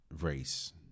race